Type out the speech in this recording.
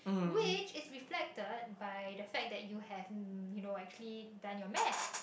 which is reflected by the fact that you have you know actually done your map